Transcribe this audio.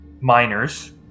miners